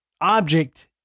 object